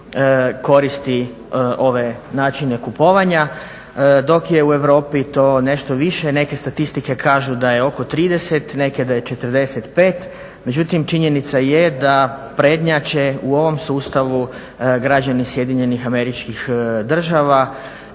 koristi ove načine kupovanja, dok je u Europi to nešto više. Neke statistike kažu da je oko 30, neke da je 45 međutim činjenica je da prednjače u ovom sustavu građani SAD-a i dijela